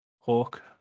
hawk